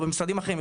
או במשרדים האחרים,